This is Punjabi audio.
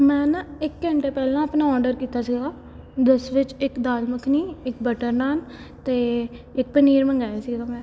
ਮੈਂ ਨਾ ਇੱਕ ਘੰਟੇ ਪਹਿਲਾਂ ਆਪਣਾ ਆਡਰ ਕੀਤਾ ਸੀਗਾ ਜਿਸ ਵਿੱਚ ਇੱਕ ਦਾਲ ਮੱਖਣੀ ਇੱਕ ਬਟਰ ਨਾਨ ਅਤੇ ਇੱਕ ਪਨੀਰ ਮੰਗਵਾਇਆ ਸੀ ਉਦੋਂ ਮੈਂ